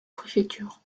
préfecture